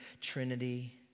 Trinity